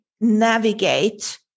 navigate